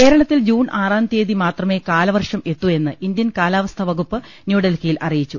കേരളത്തിൽ ജൂൺ ആറാം തിയ്യതി മാത്രമേ കാലവർഷം എത്തൂ എന്ന് ഇന്ത്യൻ കാലാവസ്ഥാവകുപ്പ് ന്യൂഡൽഹിയിൽ അറി യിച്ചു